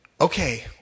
Okay